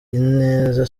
ineza